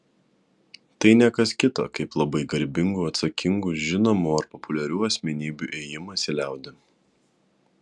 tai ne kas kita kaip labai garbingų atsakingų žinomų ar populiarių asmenybių ėjimas į liaudį